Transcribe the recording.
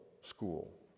school